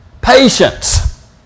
Patience